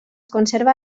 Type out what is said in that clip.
conserva